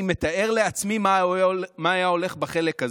אני מתאר לעצמי מה היה הולך בחלק הזה.